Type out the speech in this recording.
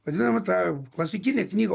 vadinama tą klasikinę knygą